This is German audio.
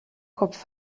kopf